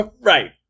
right